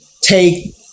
take